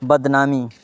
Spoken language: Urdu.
بد نامی